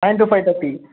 nine two five thirty